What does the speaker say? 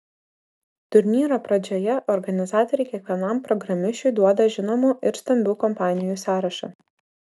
turnyro pradžioje organizatoriai kiekvienam programišiui duoda žinomų ir stambių kompanijų sąrašą